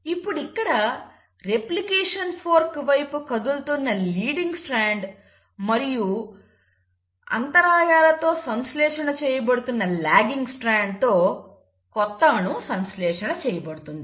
ఇప్పుడు ఇక్కడ replication fork వైపు కదులుతున్న లీడింగ్ స్ట్రాండ్ మరియు అంతరాయాలతో సంశ్లేషణ చేయబడుతున్న లాగింగ్ స్ట్రాండ్ తో కొత్త అణువు సంశ్లేషణ చేయబడుతుంది